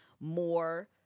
more